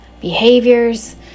behaviors